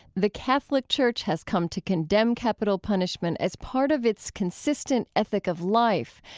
the catholic church has come to condemn capital punishment as part of its consistent ethic of life,